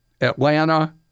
Atlanta